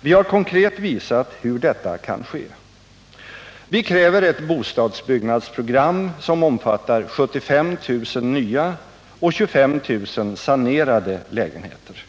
Vi har konkret visat hur detta kan ske. Vi kräver ett bostadsbyggnadsprogram som omfattar 75 000 nya och 25 000 sanerade lägenheter.